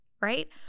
right